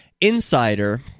Insider